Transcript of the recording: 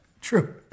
True